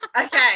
Okay